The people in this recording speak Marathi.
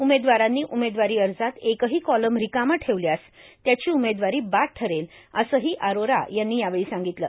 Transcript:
उमेदवारांनी उमेदवारी अर्जात एकही कॉलम रिकामा ठेवल्यास त्याची उमेदवारी बाद ठरेल असंही अरोरा यांनी यावेळी सांगितलं